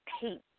hate